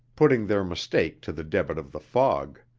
putting their mistake to the debit of the fog.